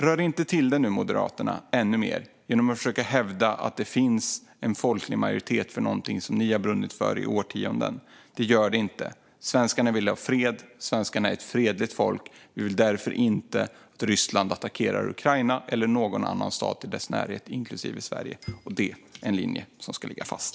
Rör inte till det ännu mer nu, Moderaterna, genom att försöka hävda att det finns en folklig majoritet för något som ni har brunnit för i årtionden. Det gör det inte. Svenskarna vill ha fred. Svenskarna är ett fredligt folk. Vi vill därför inte att Ryssland attackerar Ukraina eller någon annan stat i dess närhet, inklusive Sverige. Detta är en linje som ska ligga fast.